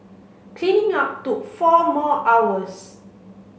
cleaning up took four more hours